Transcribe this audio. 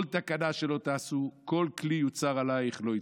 כל תקנה שלא תעשו, "כל כלי יוּצַר עליִך לא יצלח".